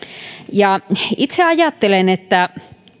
itse ajattelen että